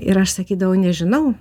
ir aš sakydavau nežinau